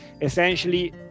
essentially